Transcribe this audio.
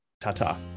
ta-ta